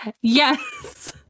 Yes